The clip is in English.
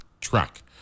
track